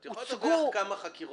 את הרי יכולה לדווח כמה חקירות.